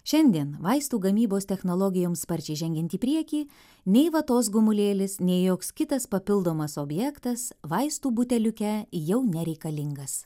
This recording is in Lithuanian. šiandien vaistų gamybos technologijoms sparčiai žengiant į priekį nei vatos gumulėlis nei joks kitas papildomas objektas vaistų buteliuke jau nereikalingas